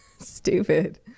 stupid